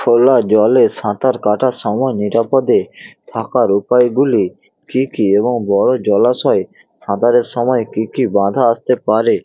খোলা জলে সাঁতার কাটার সময় নিরাপদে থাকার উপায়গুলি কী কী এবং বড় জলাশয়ে সাঁতারের সময় কী কী বাধা আসতে পারে